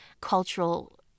cultural